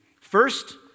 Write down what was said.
First